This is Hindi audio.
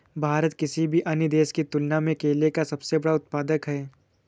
भारत किसी भी अन्य देश की तुलना में केले का सबसे बड़ा उत्पादक है